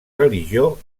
religió